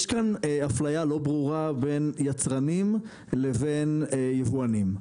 יש כאן אפליה לא ברורה בין יצרנים לבין יבואנים.